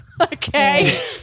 Okay